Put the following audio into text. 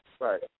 Right